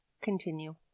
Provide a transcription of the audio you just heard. Continue